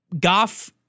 Goff